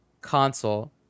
console